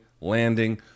landing